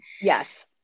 Yes